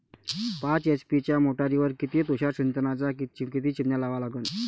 पाच एच.पी च्या मोटारीवर किती तुषार सिंचनाच्या किती चिमन्या लावा लागन?